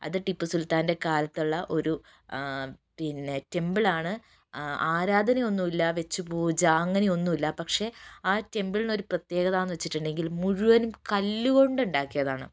അത് ടിപ്പുസുൽത്താൻ്റെ കാലത്തുള്ള ഒരു പിന്നെ ടെമ്പിൾ ആണ് ആരാധനയൊന്നുമില്ല വെച്ചുപൂജ അങ്ങനയൊന്നുമില്ല പക്ഷെ ആ ടെംപിളിനൊരു പ്രത്യേകത എന്ന് വെച്ചിട്ടുണ്ടെങ്കില് മുഴുവൻ കല്ലുകൊണ്ടുണ്ടാക്കിയതാണ്